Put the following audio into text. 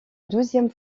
douzième